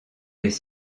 les